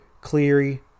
Cleary